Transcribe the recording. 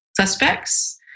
suspects